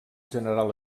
general